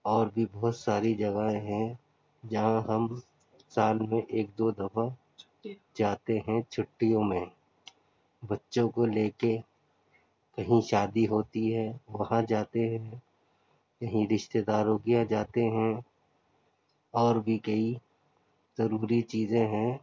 اور بھی بہت ساری جگہیں ہیں جہاں ہم سال میں ایک دو دفعہ جاتے ہیں چھٹیوں میں بچوں کو لے کے کہیں شادی ہوتی ہے وہاں جاتے ہیں کہیں رشتے داروں کے یہاں جاتے ہیں اور بھی کئی ضروری چیزیں ہیں